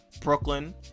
Brooklyn